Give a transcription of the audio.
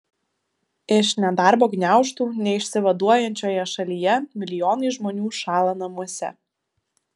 iš nedarbo gniaužtų neišsivaduojančioje šalyje milijonai žmonių šąla namuose